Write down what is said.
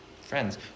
Friends